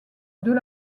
deux